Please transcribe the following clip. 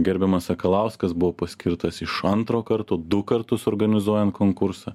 gerbiamas sakalauskas buvo paskirtas iš antro karto du kartus organizuojant konkursą